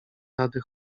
rady